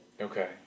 Okay